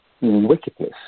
wickedness